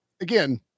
again